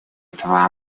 этого